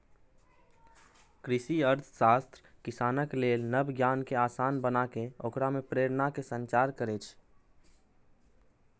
कृषि अर्थशास्त्र किसानक लेल नव ज्ञान कें आसान बनाके ओकरा मे प्रेरणाक संचार करै छै